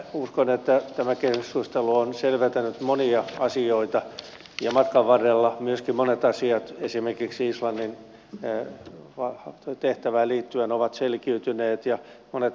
uskon että tämä keskustelu on selventänyt monia asioita ja matkan varrella myöskin monet asiat esimerkiksi islannin tehtävään liittyen ovat selkiytyneet ja monet väärinkäsitykset poistuneet